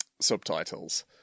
subtitles